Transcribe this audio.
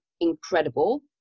incredible